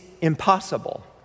impossible